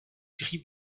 gris